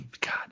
god